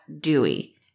Dewey